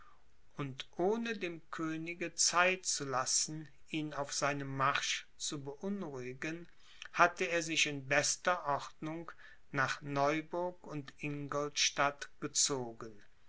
und ohne dem könige zeit zu lassen ihn auf seinem marsch zu beunruhigen hatte er sich in bester ordnung nach neuburg und ingolstadt gezogen